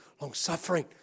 Long-suffering